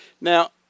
Now